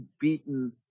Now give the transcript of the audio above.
beaten